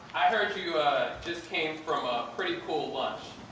i heard you just came from a pretty cool lunch.